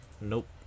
Nope